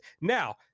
Now